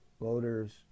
Voters